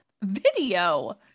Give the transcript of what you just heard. video